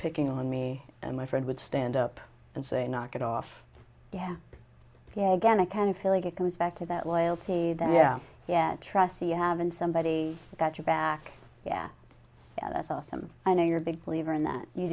picking on me and my friend would stand up and say knock it off yeah yeah again i can feel like it comes back to that loyalty then yeah yeah trust me you haven't somebody's got your back yeah yeah that's awesome i know you're a big believer in that you